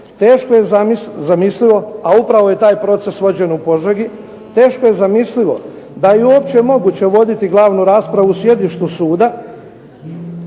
teško je zamislivo a upravo je taj proces vođen u Požegi, teško je zamislivo da je uopće moguće voditi glavnu raspravu u sjedištu suda